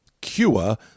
cure